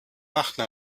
machten